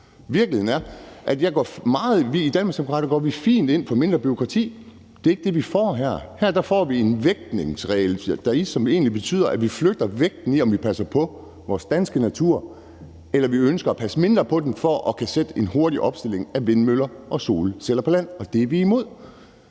går helt ind for mindre bureaukrati, men det er ikke det, vi får her. Her får vi en vægtningsregel, som egentlig betyder, at vi flytter vægten, i forhold til om vi passer på vores danske natur, eller om vi ønsker at passe mindre på den for at kunne lave en hurtig opstilling af vindmøller og solceller på land, og det er vi imod.